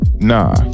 Nah